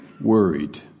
worried